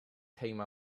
came